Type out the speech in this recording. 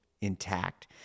intact